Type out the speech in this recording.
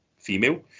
female